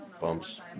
bumps